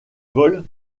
vols